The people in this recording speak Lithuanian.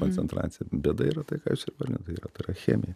koncentracija bėda yra tai ką jūs įvardinat tai yra tai yra chemija